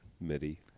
Midi